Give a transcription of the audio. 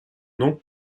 nom